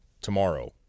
tomorrow